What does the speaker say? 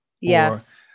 Yes